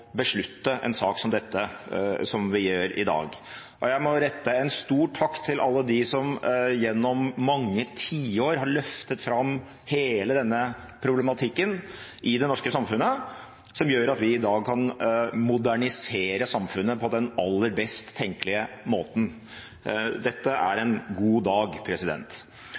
beslutte en sak som det vi gjør i dag. Jeg må rette en stor takk til alle dem som gjennom mange tiår har løftet fram hele denne problematikken i det norske samfunnet, som gjør at vi i dag kan modernisere samfunnet på den aller best tenkelige måten. Dette er en god dag.